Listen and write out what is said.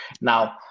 Now